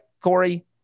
Corey